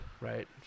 right